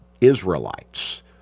Israelites